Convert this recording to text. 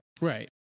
Right